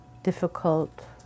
difficult